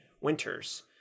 winters